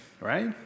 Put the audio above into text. Right